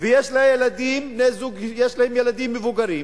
ויש לה ילדים, בני-הזוג יש להם ילדים מבוגרים,